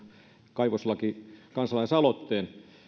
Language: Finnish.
kaivoslakikansalaisaloitteen